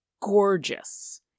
gorgeous